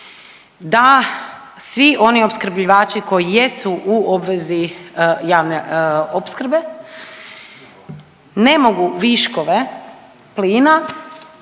da svi oni opskrbljivači koji jesu u obvezi javne opskrbe ne mogu viškove plina